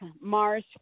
Mars